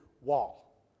wall